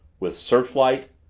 with searchlight?